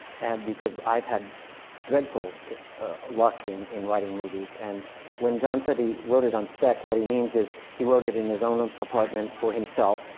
and because i've had dreadful luck in in writing movies. and when john said he wrote it on spec, what he means is, he wrote it in his own apartment, for himself.